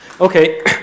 Okay